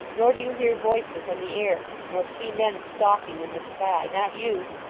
nor do you hear voices in the air, nor see men stalking in the sky not you!